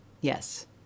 Yes